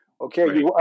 okay